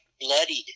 bloodied